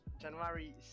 January